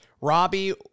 Robbie